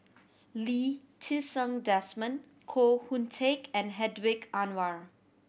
Lee Ti Seng Desmond Koh Hoon Teck and Hedwig Anuar